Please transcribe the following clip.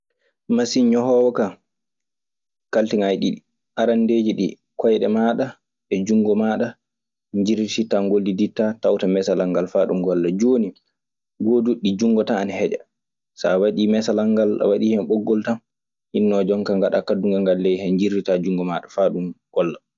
Masin ñoƴoowo kaa kalteŋaaji ɗiɗi. Arandeeji ɗi koyɗe maaɗa e junnngo maada njirtita faa hawrita e meselal ngal. Joonin goɗɗi ɗii ndi junngo tan ana heƴa. Conndi ana woodi. Ndiinɗon conndi tawetee woni ko ɓe moƴƴinirta, ɓe duppa. Ɗun nii woni tawetee woni hen anndal an kaa.